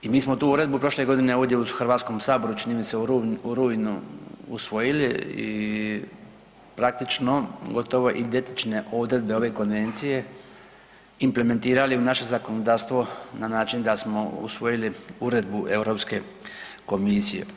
I mi smo tu uredbu prošle godine ovdje u Hrvatskom saboru, čini mi se u rujnu usvojili i praktički gotovo identične odredbe ove konvencije implementirali u naše zakonodavstvo na način da smo usvojili uredbu Europske komisije.